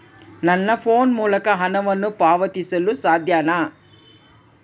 ನನ್ನ ಫೋನ್ ಮೂಲಕ ಹಣವನ್ನು ಪಾವತಿಸಲು ಸಾಧ್ಯನಾ?